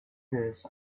this